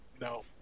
no